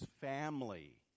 family